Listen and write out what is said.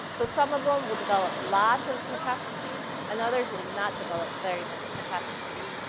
so some of them will develop lots of metastases and others will not develop very many metastases.